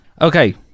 Okay